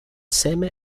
seme